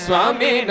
Swami